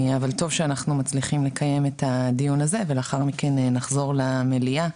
אבל טוב שאנחנו מצליחים לקיים את הדיון הזה ולאחר מכן נחזור למליאה,